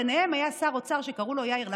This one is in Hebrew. ובהם היה שר אוצר שקראו לו יאיר לפיד,